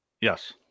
Yes